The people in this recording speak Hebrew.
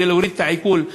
כדי להוריד את העיקול,